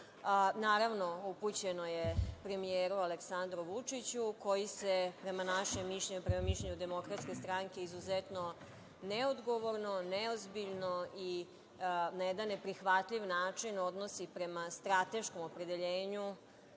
Naravno, upućeno je premijeru Aleksandru Vučiću koji se prema našem mišljenju, prema mišljenju DS, izuzetno neodgovorno, neozbiljno i na jedan neprihvatljiv način odnosi prema strateškom opredeljenju